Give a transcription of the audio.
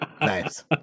Nice